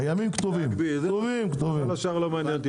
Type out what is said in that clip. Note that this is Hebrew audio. כל השאר לא מעניין.